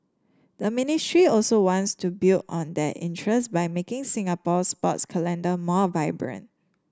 the ministry also wants to build on that interest by making Singapore's sports calendar more vibrant